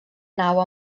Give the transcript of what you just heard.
nau